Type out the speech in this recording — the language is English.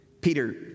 Peter